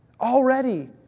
Already